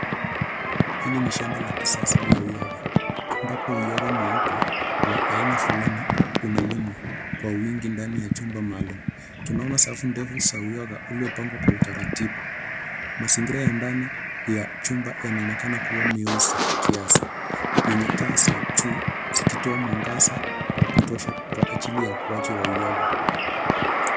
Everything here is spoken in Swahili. Hili ni shamba la kisasa la uyoga ambapo uyoga mweupe wa aina fulani unalimwa kwa wingi ndani ya chumba maalum. Tunaona safu ndefu za uyoga uliopangwa kwa utaratibu. Mazingira ya ndani ya chumba yanaonekana kuwa meusi kiasi yenye taa za juu zikitoa mwangaza wa kutosha kwa ajili ya ukuaji wa uyoga.